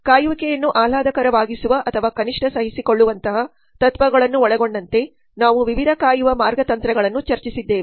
ಕಾಯುವಿಕೆಯನ್ನು ಆಹ್ಲಾದಕರವಾಗಿಸುವ ಅಥವಾ ಕನಿಷ್ಠ ಸಹಿಸಿಕೊಳ್ಳುವಂತಹ ತತ್ವಗಳನ್ನು ಒಳಗೊಂಡಂತೆ ನಾವು ವಿವಿಧ ಕಾಯುವ ಮಾರ್ಗ ತಂತ್ರಗಳನ್ನು ಚರ್ಚಿಸಿದ್ದೇವೆ